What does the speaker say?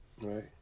Right